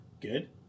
Good